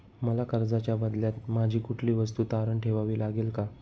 मला कर्जाच्या बदल्यात माझी कुठली वस्तू तारण ठेवावी लागेल का?